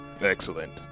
Excellent